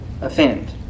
offend